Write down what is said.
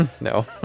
No